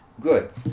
Good